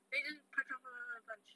then 就